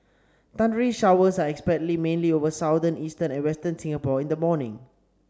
thundery showers are expected mainly over southern eastern and western Singapore in the morning